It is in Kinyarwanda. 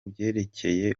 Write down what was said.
byerekeye